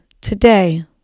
today